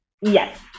Yes